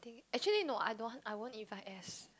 actually no I don't want I won't invite S